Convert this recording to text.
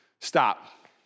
Stop